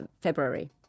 February